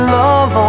love